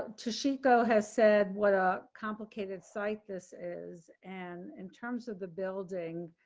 toshiko has said what a complicated site. this is and in terms of the building.